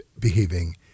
behaving